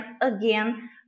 again